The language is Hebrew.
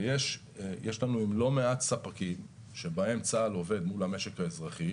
יש לנו לא מעט ספקים שבהם צה"ל עובד מול המשק האזרחי.